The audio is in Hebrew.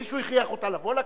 מישהו הכריח אותה לבוא לכנסת?